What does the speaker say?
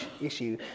issue